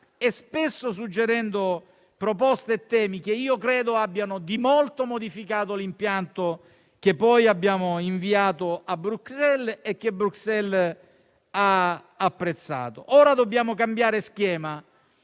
e spesso suggerendo proposte e temi che io credo abbiano di molto modificato l'impianto che poi abbiamo inviato a Bruxelles e che Bruxelles ha apprezzato. Ora dobbiamo cambiare schema